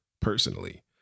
personally